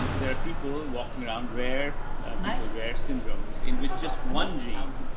there are people walking around, rare people, rare syndromes in with just one gene.